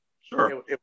Sure